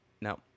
no